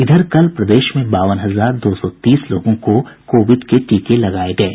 इधर कल प्रदेश में बावन हजार दो सौ तीस लोगों को कोविड के टीके लगाये गये